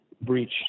breach